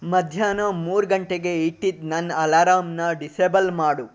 ಮಧ್ಯಾಹ್ನ ಮೂರು ಗಂಟೆಗೆ ಇಟ್ಟಿದ್ದ ನನ್ನ ಅಲಾರಂನ ಡಿಸೆಬಲ್ ಮಾಡು